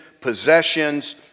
possessions